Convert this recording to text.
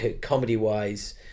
comedy-wise